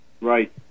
Right